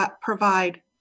provide